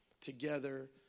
together